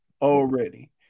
already